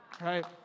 right